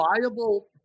viable